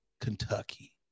Kentucky